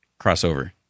crossover